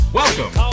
welcome